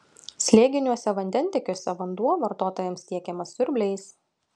slėginiuose vandentiekiuose vanduo vartotojams tiekiamas siurbliais